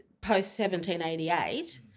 post-1788